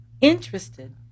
interested